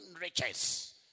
riches